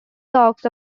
blocks